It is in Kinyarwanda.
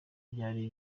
byari